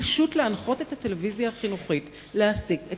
פשוט להנחות את הטלוויזיה החינוכית להעסיק את